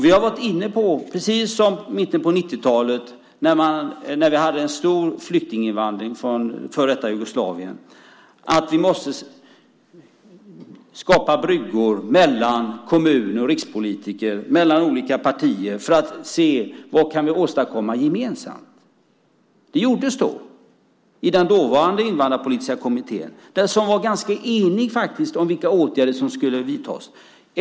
Vi har varit inne på, precis som i mitten på 90-talet när vi hade en stor flyktinginvandring från före detta Jugoslavien, att vi måste skapa bryggor mellan kommuner och rikspolitiker och mellan olika partier för att se vad vi kan åstadkomma gemensamt. Det gjordes då i den dåvarande invandrarpolitiska kommittén. Den var ganska enig om vilka åtgärder som skulle vidtas.